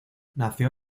nació